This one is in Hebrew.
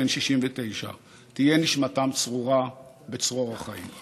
בן 69. תהיה נשמתם צרורה בצרור החיים.